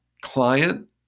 client